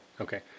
okay